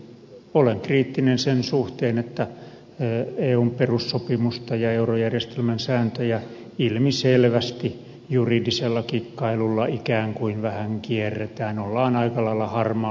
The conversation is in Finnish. olen kriittinen sen suhteen että eun perussopimusta ja eurojärjestelmän sääntöjä ilmiselvästi juridisella kikkailulla ikään kuin vähän kierretään ollaan aika lailla harmaalla alueella